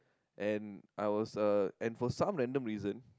and I was uh and for some random reason